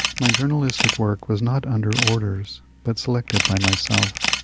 my journalistic work was not under orders, but selected by myself.